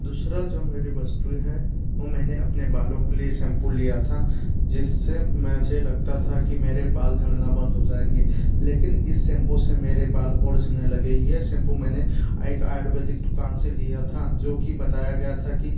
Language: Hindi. दूसरा जो मेरी वस्तु हैं वो मैंने अपने बालों के लिए सैम्पू लिया था जिससे मुझे लगता था कि मेरे बाल झड़ना बंद हो जाएंगे लेकिन इस सेम्पू से मेरे बाल ओर झड़ने लगे यह सैम्पू मैंने एक आयुर्वेदिक दुकान से लिया था जोकि बताया गया था कि